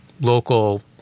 local